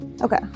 Okay